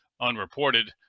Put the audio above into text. unreported